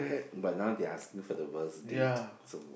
but now they are asking for the worst date so